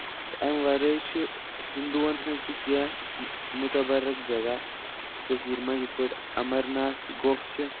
تہٕ اَمہِ وَرٲے چھُ ہِندُوَن ہِنز تہِ کیٚنہہ مُتَبَرک جَگہ کٔشیٖرِ منٛز یِتھ پٲٹھۍ اَمرناتھ گۄپھ چھےٚ